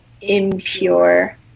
impure